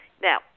Now